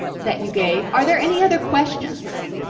that you gave are there any other questions